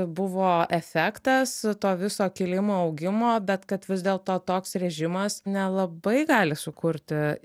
buvo efektas to viso kilimo augimo bet kad vis dėlto toks režimas nelabai gali sukurti